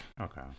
Okay